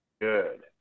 Good